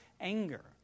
anger